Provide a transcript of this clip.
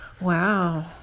Wow